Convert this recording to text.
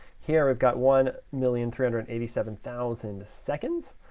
here we've got one million three hundred and eighty seven thousand seconds.